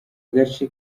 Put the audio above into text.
gace